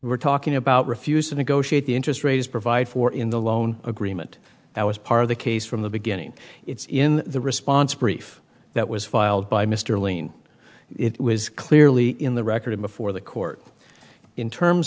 we're talking about refused to negotiate the interest rate is provided for in the loan agreement that was part of the case from the beginning it's in the response brief that was filed by mr lane it was clearly in the record before the court in terms